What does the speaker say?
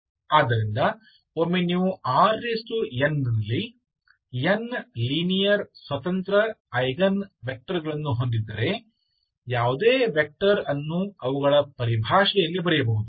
ಆದ್ದರಿಂದ ಒಮ್ಮೆ ನೀವು Rn ನಲ್ಲಿ n ಲೀನಿಯರ ಸ್ವತಂತ್ರ ಐಗನ್ ವೆಕ್ಟರ್ ಗಳನ್ನು ಹೊಂದಿದ್ದರೆ ಯಾವುದೇ ವೆಕ್ಟರ್ ಅನ್ನು ಅವುಗಳ ಪರಿಭಾಷೆಯಲ್ಲಿ ಬರೆಯಬಹುದು